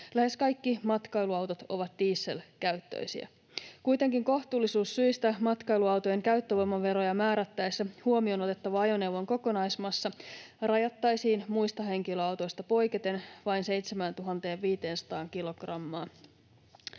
Lähes kaikki matkailuautot ovat dieselkäyttöisiä. Kuitenkin kohtuullisuussyistä matkailuautojen käyttövoimaveroa määrättäessä huomioon otettava ajoneuvon kokonaismassa rajattaisiin muista henkilöautoista poiketen vain 7 500